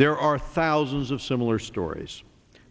there are thousands of similar stories